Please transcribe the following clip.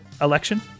election